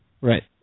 Right